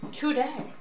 today